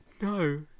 No